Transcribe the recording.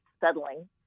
settling